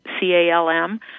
C-A-L-M